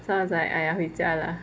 so I was like !aiya! 回家 lah